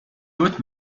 wrote